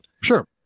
Sure